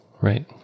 Right